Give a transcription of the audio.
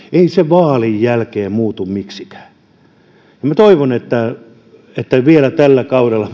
ei se vaalien jälkeen muutu miksikään minä toivon että vielä tällä kaudella